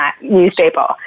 newspaper